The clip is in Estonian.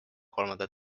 kolmanda